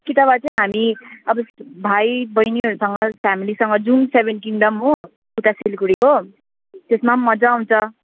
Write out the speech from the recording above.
कि त अब हामी भाइ बहिनीहरूसँग फ्यामिलीसँग जौँ सेभेन किङ्डम हो उता सिलगड़ीको त्यसमा मजा आउँछ